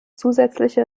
zusätzliche